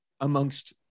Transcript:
amongst